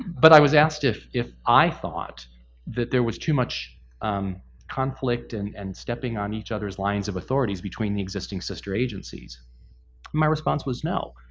but i was asked if if i thought that there was too much conflict and and stepping on each other's lines of authorities between the existing sister agencies. and my response was no.